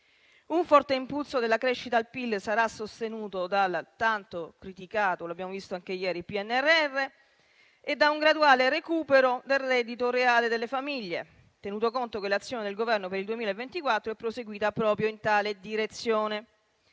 Un forte impulso della crescita del PIL sarà sostenuto dal tanto criticato - lo abbiamo visto anche ieri - PNRR e da un graduale recupero del reddito reale delle famiglie, tenuto conto che l'azione del Governo per il 2024 è proseguita proprio in tale direzione.